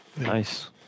Nice